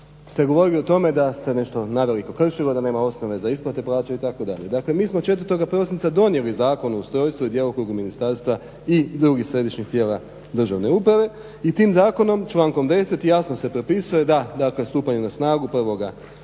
ste govorili o tome da se nešto naravno i prekršilo, da nema osnove za isplate plaće itd. Dakle, mi smo 4. prosinca donijeli Zakon o ustrojstvu i djelokrugu Ministarstva i drugih središnjih tijela državne uprave i tim zakonom, člankom 10. jasno se propisuje da, dakle stupanjem na snagu 1.